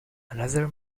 another